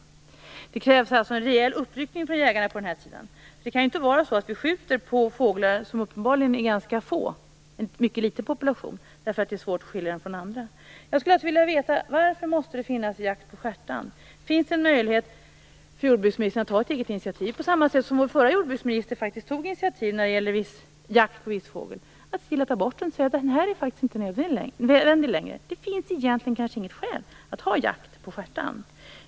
Det krävs alltså en rejäl uppryckning från jägarna i det här fallet. Det kan ju inte vara så att vi skjuter på fåglar som uppenbarligen är ganska få - det är en mycket liten population - därför att det är svårt att skilja dem från andra fåglar. Jag skulle alltså vilja veta varför det måste finnas jakt på stjärtand. Finns det någon möjlighet för jordbruksministern att ta ett eget initiativ på samma sätt som förra jordbruksministern faktiskt gjorde när det gällde jakt på viss fågel? Är det möjligt att ta bort jakten och säga att den faktiskt inte är nödvändig längre? Det finns ju egentligen inget skäl att ha jakt på stjärtand.